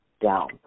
Down